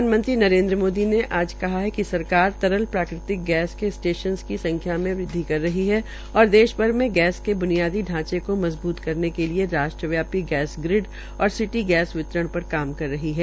प्रधान मंत्री नरेन्द्र मोदी ने आज कहा कि सरकार तरल प्राकृतिक गैस के स्टेशन की संख्या में वृद्धि कर रही है और देश भर में गैस बुनियादी ढांचे को मजबूत करने के लिए राष्ट्रव्यापी गैस ग्रिड और सिटी गैस वितरण पर काम कर रही है